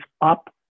up